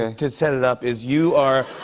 to set it up is you are